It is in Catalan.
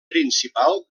principal